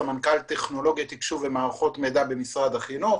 סמנכ"ל טכנולוגיה תקשוב ומערכות מידע במשרד החינוך.